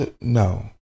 no